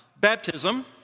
baptism